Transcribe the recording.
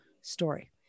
story